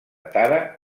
tara